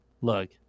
Look